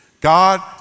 God